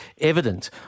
evident